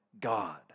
God